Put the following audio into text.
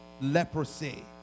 leprosy